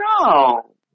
no